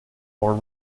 more